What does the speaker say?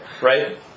right